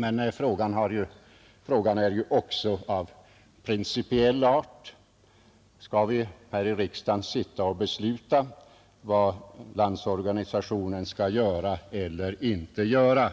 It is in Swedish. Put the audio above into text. Men frågan är också av principiell art: Skall vi här i riksdagen sitta och besluta vad Landsorganisationen skall göra eller inte göra?